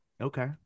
Okay